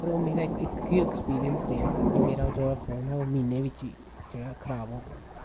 ते मेरा इक गै एक्सपीरियंस रेहा की मेरा जेह्का फोन ई ओह् म्हीनै बिच ई जेह्ड़ा खराब होया